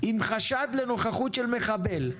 עם חשד לנוכחות של מחבל,